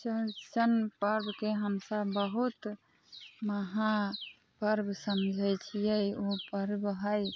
चौरचन पर्वके हमसब बहुत महापर्व समझै छियै उ पर्व है